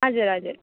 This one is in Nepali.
हजुर हजुर